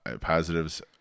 Positives